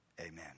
amen